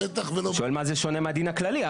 אני שואל במה זה שונה מהדין הכללי.